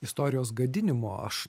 istorijos gadinimo aš